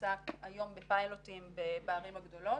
נמצא היום בפיילוטים בערים הגדולות,